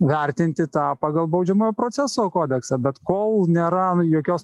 vertinti tą pagal baudžiamojo proceso kodeksą bet kol nėra jokios